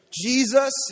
Jesus